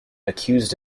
accused